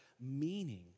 meaning